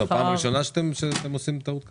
זו הפעם הראשונה שאתם עושים טעות כזאת?